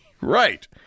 Right